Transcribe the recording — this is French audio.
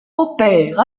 opère